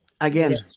Again